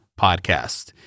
podcast